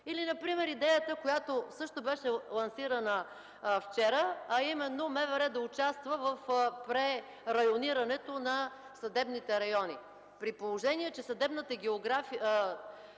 Или например идеята, която също беше лансирана вчера, а именно МВР да участва в прерайонирането на съдебните райони, при положение че съдебната география